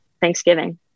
Thanksgiving